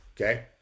Okay